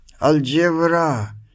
algebra